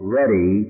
ready